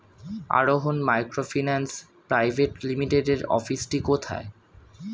আরোহন microfinance private লিমিটেডের অফিসটি কোথায়?